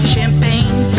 Champagne